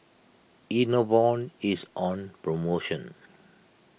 Enervon is on promotion